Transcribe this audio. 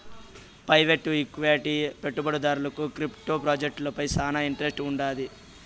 private equity పెట్టుబడిదారుడికి crypto ప్రాజెక్టులపై శానా ఇంట్రెస్ట్ వుండాది